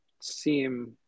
seem